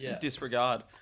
disregard